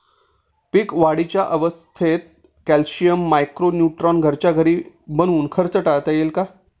पीक वाढीच्या अवस्थेत calcium, micro neutron घरच्या घरी बनवून खर्च टाळता येईल का?